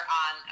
on